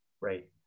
Right